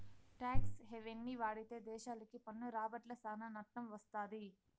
talks హెవెన్ని వాడితే దేశాలకి పన్ను రాబడ్ల సానా నట్టం వత్తది